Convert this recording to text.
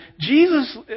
Jesus